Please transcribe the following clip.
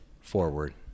forward